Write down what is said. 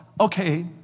okay